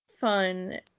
fun